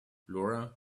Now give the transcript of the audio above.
laura